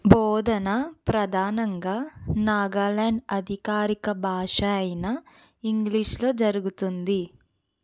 బోధన ప్రధానంగా నాగాలాండ్ అధికారిక భాష అయిన ఇంగ్లిష్లో జరుగుతుంది